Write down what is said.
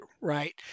right